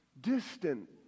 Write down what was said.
distant